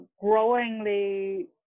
growingly